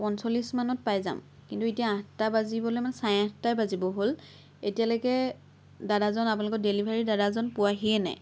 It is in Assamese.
পঞ্চলিছ মানত পাই যাম কিন্তু এতিয়া আঠটা বাজিবলৈ মানে চাৰে আঠটাই বাজিব হ'ল এতিয়ালৈকে দাদাজন আপোনালোকৰ ডেলিভাৰি দাদাজন পোৱাহিয়েই নাই